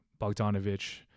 Bogdanovic